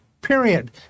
Period